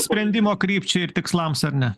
sprendimo krypčiai ir tikslams ar ne